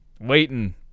waiting